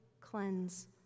cleanse